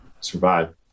survive